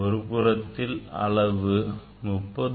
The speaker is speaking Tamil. ஒரு புறத்தில் அளவு 30